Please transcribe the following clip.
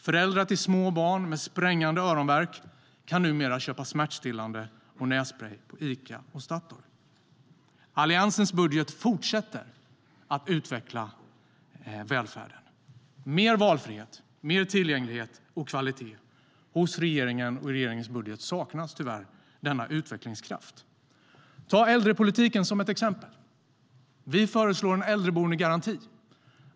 Föräldrar till små barn med sprängande öronvärk kan numera köpa smärtstillande och nässprej på Ica och Statoil.Äldrepolitiken är ett exempel. Vi föreslår en äldreboendegaranti.